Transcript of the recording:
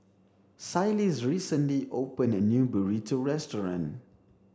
Phyliss recently opened a new burrito restaurant